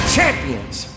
champions